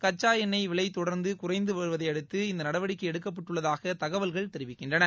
கச்சா எண்ணெய் விலை தொடர்ந்து குறைந்து வருவதையடுத்து இந்த நடவடிக்கை எடுக்கப்பட்டுள்ளதாக தகவல்கள் தெரிவிக்கின்றன